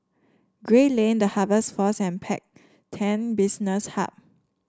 Gray Lane The Harvest Force and Business Hub